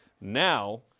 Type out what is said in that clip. Now